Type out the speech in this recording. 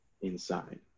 inside